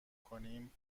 کنیم